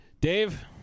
Dave